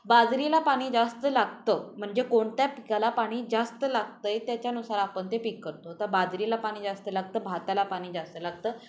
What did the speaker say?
बाजरीला पाणी जास्त लागतं म्हणजे कोणत्या पिकाला पाणी जास्त लागतं आहे त्याच्यानुसार आपण ते पीक करतो तर बाजरीला पाणी जास्त लागतं भाताला पाणी जास्त लागतं